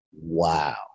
wow